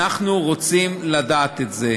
אנחנו רוצים לדעת את זה,